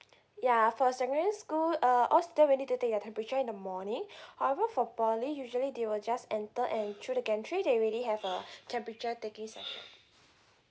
yeah for secondary school uh all student will need to take their temperature in the morning however for poly usually they will just enter and through the gantry they already have a temperature taking section